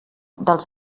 dels